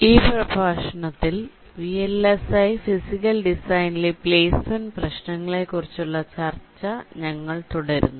ഈ പ്രഭാഷണത്തിൽ VLSI physical ഡിസൈനിലെ പ്ലെയ്സ്മെന്റ് പ്രശ്നങ്ങളെക്കുറിച്ചുള്ള ചർച്ച ഞങ്ങൾ തുടരുന്നു